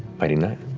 mighty nein,